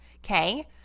Okay